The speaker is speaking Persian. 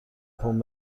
پمپ